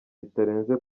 bitarenze